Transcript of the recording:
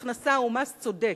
מס הכנסה הוא מס צודק,